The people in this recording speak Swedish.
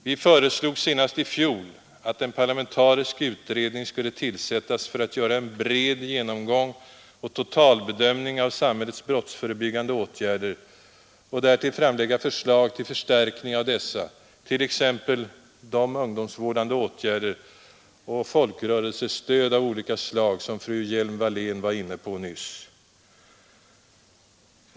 Vi föreslog senast i fjol att en parlamentarisk utredning skulle tillsättas för att göra en bred genomgång "och totalbedömning av samhällets brottsförebyggande åtgärder och därtill framlägga förslag till förstärkning av dessa t.ex. ungdomsvårdande åtgärder och folkrörelsestöd av olika slag, som fru Hjelm-Wallén nyss var inne på.